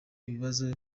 ibibazo